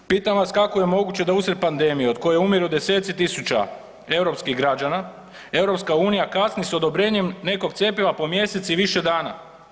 Pitam vas kako je moguće da usred pandemije od koje umiru deseci tisuća europskih građana, EU kasni s odobrenjem nekog cjepiva po mjesec i više dana?